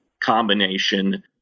combination